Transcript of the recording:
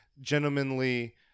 Gentlemanly